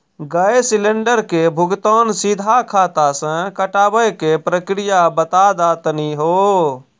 Gas cylinder के भुगतान सीधा खाता से कटावे के प्रक्रिया बता दा तनी हो?